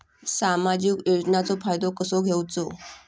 सामाजिक योजनांचो फायदो कसो घेवचो?